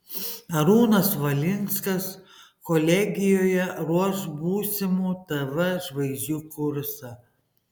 arūnas valinskas kolegijoje ruoš būsimų tv žvaigždžių kursą